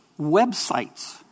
websites